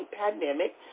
pandemic